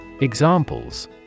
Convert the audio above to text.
Examples